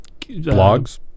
Blogs